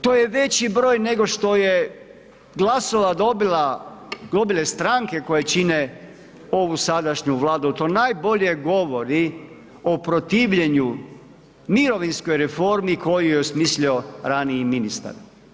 To je veći broj nego što je glasova dobila, dobile stranke koje čine ovu sadašnju Vladu, to najbolje govori o protivljenju, mirovinskoj reformi koju je smislio raniji ministar.